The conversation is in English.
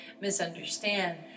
misunderstand